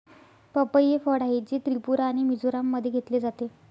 पपई हे फळ आहे, जे त्रिपुरा आणि मिझोराममध्ये घेतले जाते